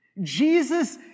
jesus